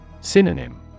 Synonym